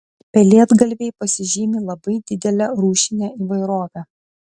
pelėdgalviai pasižymi labai didele rūšine įvairove